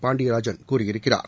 பாண்டியராஜன் கூறியிருக்கிறார்